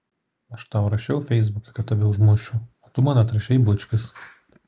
aš tau rašiau feisbuke kad tave užmušiu o tu man atrašei bučkis